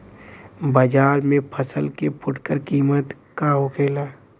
बाजार में फसल के फुटकर कीमत का होखेला?